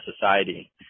society